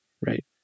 Right